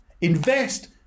Invest